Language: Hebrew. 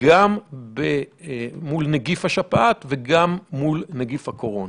גם מול נגיף השפעת וגם מול נגיף הקורונה.